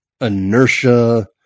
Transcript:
inertia